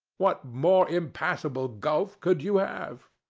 what more impassable gulf could you have?